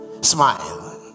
smile